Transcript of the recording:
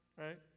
right